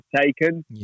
taken